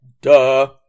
Duh